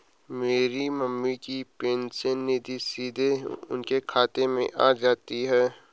मेरी मम्मी की पेंशन निधि सीधे उनके खाते में आ जाती है